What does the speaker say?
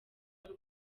n’u